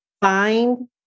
find